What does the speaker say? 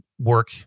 work